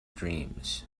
dreams